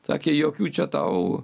sakė jokių čia tau